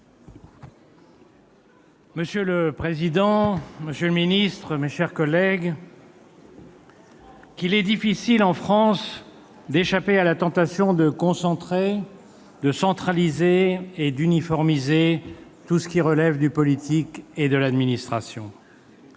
Monsieur le président, monsieur le ministre, mes chers collègues, qu'il est difficile, en France, d'échapper à la tentation de concentrer, de centraliser et d'uniformiser tout ce qui relève du politique et de l'administration